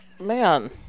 man